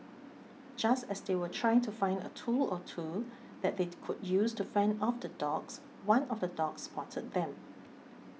just as they were trying to find a tool or two that they could use to fend off the dogs one of the dogs spotted them